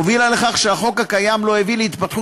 הובילה לכך שהחוק הקיים לא הביא להתפתחות